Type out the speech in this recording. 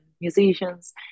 musicians